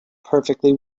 perfectly